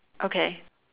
okay